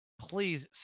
please